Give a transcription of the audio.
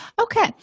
Okay